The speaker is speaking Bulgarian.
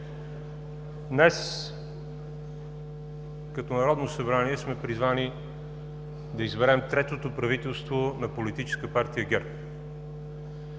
Днес като Народно събрание сме призвани да изберем третото правителство на Политическа партия ГЕРБ.